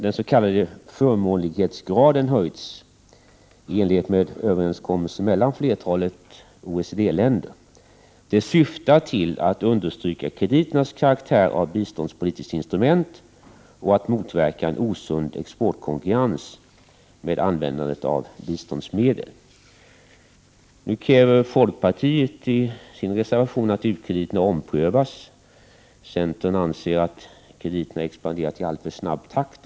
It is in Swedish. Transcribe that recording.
Den s.k. förmånlighetsgraden har nyligen höjts i enlighet med överenskommelser mellan flertalet OECD-länder. Det syftar till att understryka krediternas karaktär av biståndspolitiskt instrument och motverka en osund exportkonkurrens med användandet av biståndsmedel. Nu kräver folkpartiet i sin reservation att u-krediterna omprövas. Centern anser att krediterna har expanderat i alltför snabb takt.